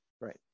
Right